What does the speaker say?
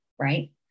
Right